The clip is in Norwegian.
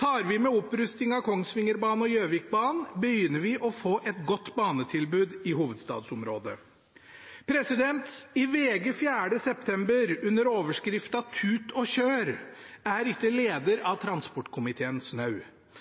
Tar vi med opprustning av Kongsvingerbanen og Gjøvikbanen, begynner vi å få et godt banetilbud i hovedstadsområdet. I VG 4. september under overskriften «Tut og kjør!» er ikke leder av transportkomiteen snau.